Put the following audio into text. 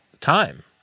time